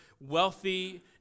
wealthy